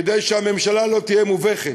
כדי שהממשלה לא תהיה מובכת.